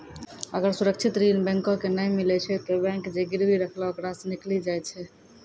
अगर सुरक्षित ऋण बैंको के नाय मिलै छै तै बैंक जे गिरबी रखलो ओकरा सं निकली जाय छै